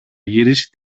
γυρίσει